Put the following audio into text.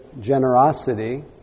generosity